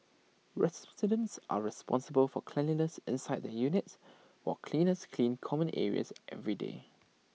residents are responsible for cleanliness inside their units while cleaners clean common areas every day